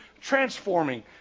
transforming